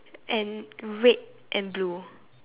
and red and blue